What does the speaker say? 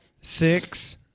Six